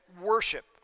worship